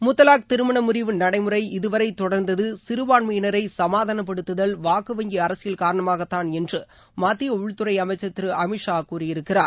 முத்தலாக் திருமண முறிவு நடைமுறை இதுவரை தொடர்ந்தது சிறபாண்மையினரை சமாதானப்படுத்துதல் வாக்கு வங்கி அரசியல் காரணமாகத்தாள் என்று மத்திய உள்துறை அமைச்சர் திரு அமித் ஷா கூறியிருக்கிறார்